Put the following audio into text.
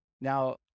Now